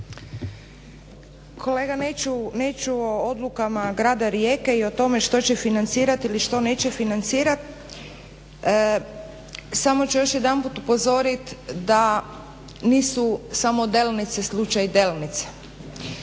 Kolega, neću o odlukama grada Rijeke i o tome što će financirati ili što neće financirati. Samo ću još jedanput upozoriti da nisu samo Delnice slučaj Delnice.